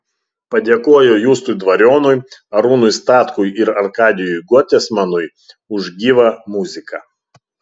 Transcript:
padėkojo justui dvarionui arūnui statkui ir arkadijui gotesmanui už gyvą muziką